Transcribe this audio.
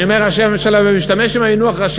אני אומר "ראשי ממשלה" ומשתמש במינוח "ראשי